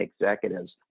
executives